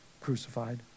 crucified